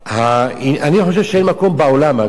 אני חושב שאין מקום בעולם, אגב,